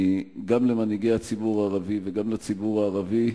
גם למנהיגי הציבור הערבי וגם לציבור הערבי: